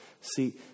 See